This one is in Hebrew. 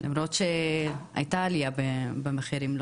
למרות שהיתה עלייה במחירים,